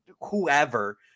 whoever –